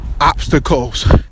obstacles